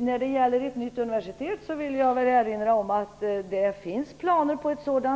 När det gäller ett nytt universitet vill jag erinra om att det finns planer på ett sådant.